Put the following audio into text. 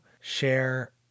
share